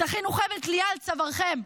תכינו חבל תלייה על צווארכם.